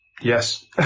Yes